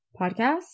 podcast